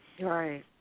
Right